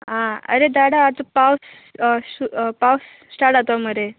आं आरे दाडा आतां पावस पावस स्टाट जातलो मरे